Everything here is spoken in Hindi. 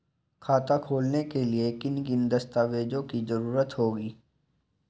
खाता खोलने के लिए किन किन दस्तावेजों की जरूरत होगी?